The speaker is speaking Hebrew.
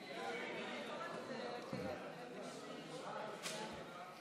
עאידה תומא סלימאן,